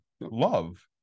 love